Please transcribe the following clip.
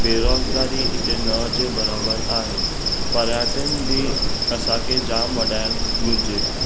बेरोज़गारी हिते न जे बराबरि आहे पर्यटन बि असांखे जामु वधाइणु घुरिजे